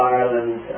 Ireland